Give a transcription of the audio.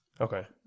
Okay